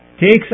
takes